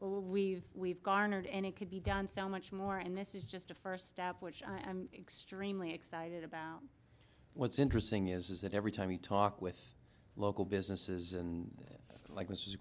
we've we've garnered and it could be done so much more and this is just a first step which i'm extremely excited about what's interesting is that every time you talk with local businesses and it like this is